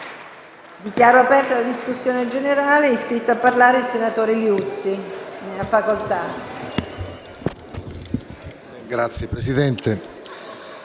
Dichiaro aperta la discussione generale. È iscritta a parlare la senatrice Albano. Ne ha facoltà.